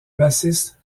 bassiste